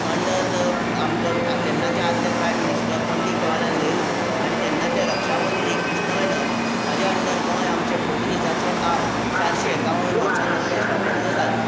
under the आमचो तेन्नाचे आदले प्रायम मिनिस्टर पंडीत जवाहरलाल नेहरू आनी तेन्नाचे रक्षा मंत्री कृष्ण मेनन हाज्या अंडर गोंय आमचें पोर्तुगेजाचे आड चारशें एकावन वर्सां नंतर स्वातंत्र जालें